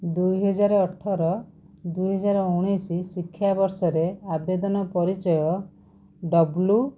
ଦୁଇହଜାର ଅଠର ଦୁଇହଜାର ଉଣେଇଶି ଶିକ୍ଷାବର୍ଷରେ ଆବେଦନ ପରିଚୟ ଡବ୍ଲୁ